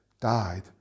died